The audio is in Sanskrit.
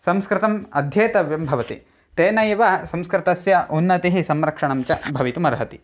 संस्कृतम् अध्येतव्यं भवति तेनैव संस्कृतस्य उन्नतिः संरक्षणं च भवितुम् अर्हति